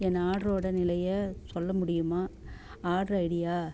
என் ஆடரோட நிலையை சொல்ல முடியுமா ஆட்ரு ஐடியா